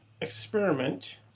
experiment